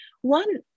one